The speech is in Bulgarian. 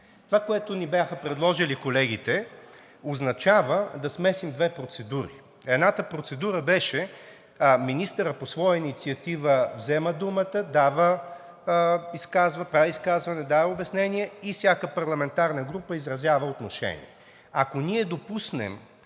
Това, което ни бяха предложили колегите, означава да смесим две процедури. Едната процедура беше: министърът по своя инициатива взема думата, прави изказване, дава обяснение и всяка парламентарна група изразява отношение. Ако ние допуснем